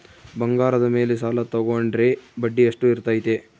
ಬಂಗಾರದ ಮೇಲೆ ಸಾಲ ತೋಗೊಂಡ್ರೆ ಬಡ್ಡಿ ಎಷ್ಟು ಇರ್ತೈತೆ?